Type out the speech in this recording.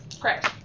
Correct